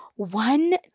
One